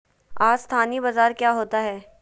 अस्थानी बाजार क्या होता है?